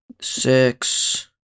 six